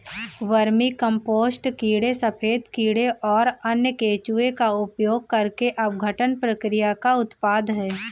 vermicompost कीड़े सफेद कीड़े और अन्य केंचुए का उपयोग करके अपघटन प्रक्रिया का उत्पाद है